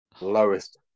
lowest